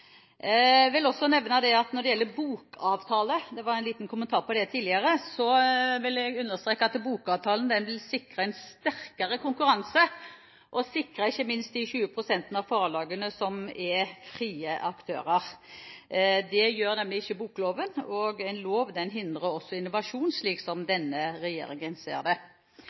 vil også nevne at når det gjelder bokavtale – det var en liten kommentar om det tidligere – vil jeg understreke at bokavtalen vil sikre en sterkere konkurranse, og ikke minst sikre de 20 pst. av forlagene som er frie aktører. Det gjør nemlig ikke bokloven, og den loven hindrer også innovasjon, slik denne regjeringen ser det.